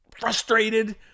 frustrated